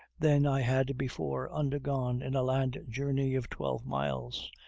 than i had before undergone in a land-journey of twelve miles,